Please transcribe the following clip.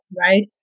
right